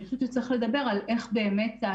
אני חושבת שצריך לדבר על איך ההטמעה